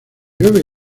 llueve